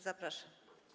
Zapraszam.